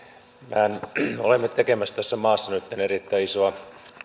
mehän olemme tekemässä tässä maassa nyt erittäin isoa